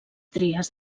tries